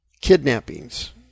kidnappings